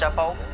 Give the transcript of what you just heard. so mobile